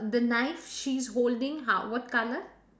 the knife she's holding how what colour